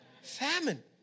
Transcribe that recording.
Famine